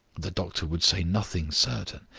the doctor would say nothing certain.